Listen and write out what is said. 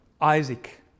Isaac